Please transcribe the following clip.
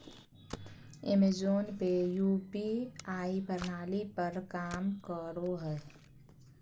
Amazon पे UPI प्रणाली पर काम करो हय